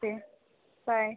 okay bye